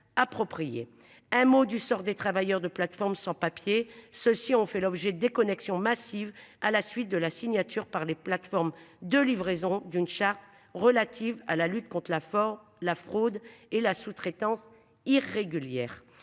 Un mot du sort des travailleurs de plateforme sans papiers. Ceux-ci ont fait l'objet déconnection massive à la suite de la signature par les plateformes de livraison d'une charte relative à la lutte contre la forme la fraude et la sous-traitance irrégulière